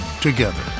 together